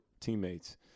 teammates